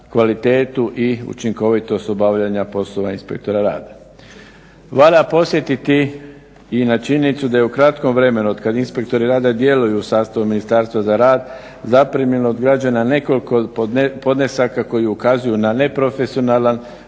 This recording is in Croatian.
kvalitetu i učinkovitost obavljanja poslova inspektora rada. Valja podsjetiti i na činjenicu da je u kratkom vremenu otkada inspektori rada djeluju u sastavu Ministarstva za rad zaprimljeno od građana nekoliko podnesaka koji ukazuju na neprofesionalan